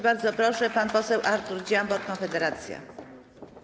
Bardzo proszę, pan poseł Artur Dziambor, Konfederacja.